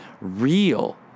real